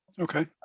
Okay